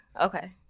Okay